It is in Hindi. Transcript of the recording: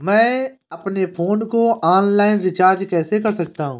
मैं अपने फोन को ऑनलाइन रीचार्ज कैसे कर सकता हूं?